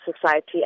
society